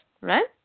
right